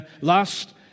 last